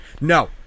no